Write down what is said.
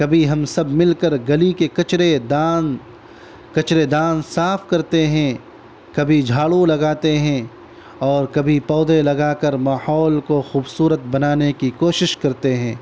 کبھی ہم سب مل کر گلی کے کچرے دان کچرے دان صاف کرتے ہیں کبھی جھاڑو لگاتے ہیں اور کبھی پودے لگا کر ماحول کو خوبصورت بنانے کی کوشش کرتے ہیں